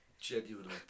genuinely